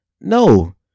no